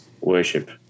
worship